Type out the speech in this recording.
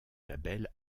label